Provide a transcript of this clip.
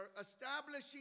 establishing